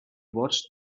watched